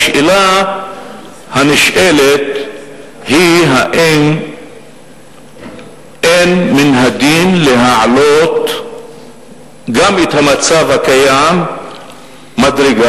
השאלה הנשאלת היא אם אין מן הדין להעלות גם את המצב הקיים מדרגה,